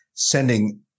Sending